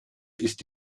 ist